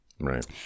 Right